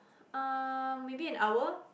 uh maybe an hour